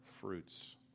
fruits